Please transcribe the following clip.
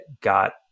got